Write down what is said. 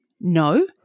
No